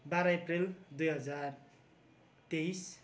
बाह्र अप्रेल दुई हजार तेइस